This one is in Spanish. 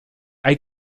hay